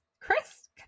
Chris